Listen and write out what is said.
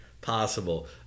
possible